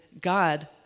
God